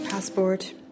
Passport